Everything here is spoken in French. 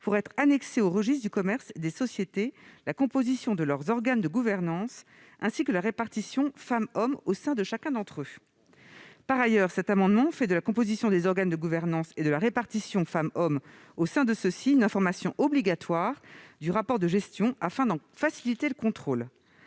soit annexée au registre du commerce et des sociétés, la composition de leurs organes de gouvernance ainsi que la répartition entre les femmes et les hommes au sein de chacun d'entre eux. Par ailleurs, cet amendement tend à faire de la composition des organes de gouvernance et de la répartition entre les femmes et les hommes au sein de ceux-ci une information obligatoire du rapport de gestion, afin d'en faciliter le contrôle.